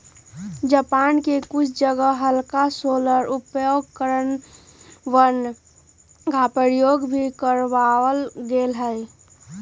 Japan में कुछ जगह हल्का सोलर उपकरणवन के प्रयोग भी करावल गेले हल